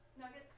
Nuggets